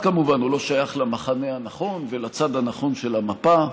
כמובן: הוא לא שייך למחנה הנכון ולצד הנכון של המפה,